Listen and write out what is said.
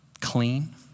clean